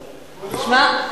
שמע.